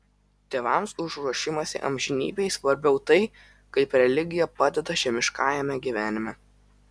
tėvams už ruošimąsi amžinybei svarbiau tai kaip religija padeda žemiškajame gyvenime